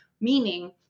meaning